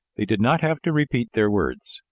they did not have to repeat their words.